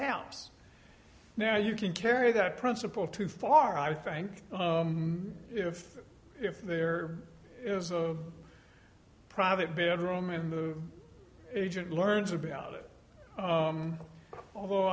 house now you can carry that principle too far i think if if there is a private bedroom in the agent learns about it although